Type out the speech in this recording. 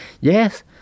Yes